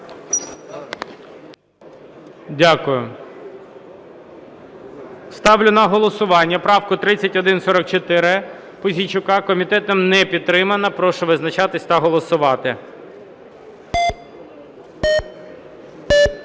Дякую. Ставлю на голосування правку 3144 Пузійчука. Комітетом не підтримана. Прошу визначатись та голосувати.